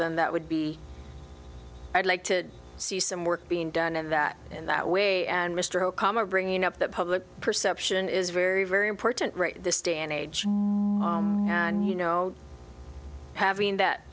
then that would be i'd like to see some work being done in that in that way and mr okama bringing up that public perception is very very important right this day and age and you know having